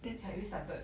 have you started